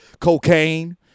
Cocaine